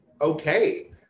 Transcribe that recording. okay